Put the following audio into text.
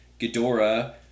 Ghidorah